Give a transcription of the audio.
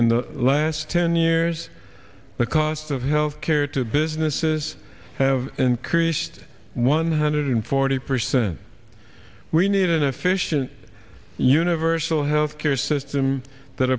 in the last ten years the cost of health care to businesses have increased one hundred forty percent we need an efficient universal health care system that